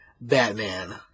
Batman